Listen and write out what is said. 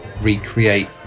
recreate